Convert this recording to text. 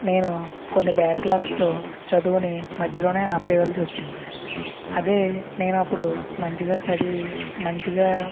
నేను కొన్ని backlogs తో చదువుకొని మధ్యలోనే ఆపేవల్సి వచ్చింది అదే నేను అప్పుడు మంచిగా చదివి మంచిగా